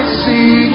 see